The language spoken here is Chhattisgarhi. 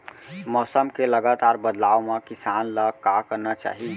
मौसम के लगातार बदलाव मा किसान ला का करना चाही?